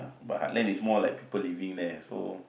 but heartland is more like people living there so